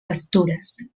pastures